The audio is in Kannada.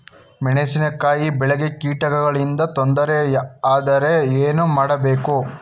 ಮೆಣಸಿನಕಾಯಿ ಬೆಳೆಗೆ ಕೀಟಗಳಿಂದ ತೊಂದರೆ ಯಾದರೆ ಏನು ಮಾಡಬೇಕು?